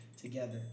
together